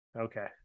Okay